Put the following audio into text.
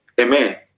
Amen